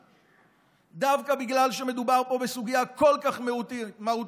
אולי דווקא בגלל שמדובר פה בסוגיה כל כך מהותית